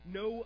no